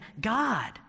God